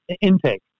intake